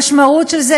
המשמעות של זה,